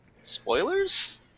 Spoilers